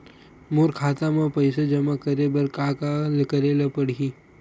मोर खाता म पईसा जमा करे बर का का करे ल पड़हि?